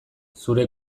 zure